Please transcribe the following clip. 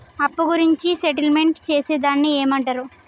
అప్పు గురించి సెటిల్మెంట్ చేసేదాన్ని ఏమంటరు?